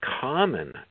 common